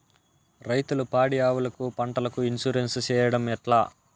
రైతులు పాడి ఆవులకు, పంటలకు, ఇన్సూరెన్సు సేయడం ఎట్లా?